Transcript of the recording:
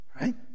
Right